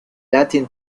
latin